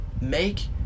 make